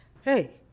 Hey